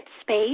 space